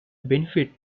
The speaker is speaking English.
benefit